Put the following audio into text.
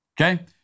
Okay